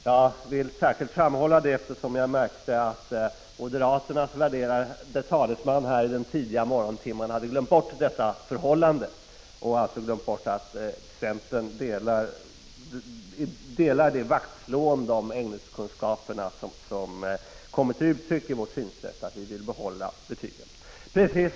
Jag vill särskilt framhålla detta, eftersom jag märkte att moderaternas värderade talesman i denna tidiga morgontimme hade glömt bort att också centern slår vakt om ämneskunskaperna och därför vill behålla betygen.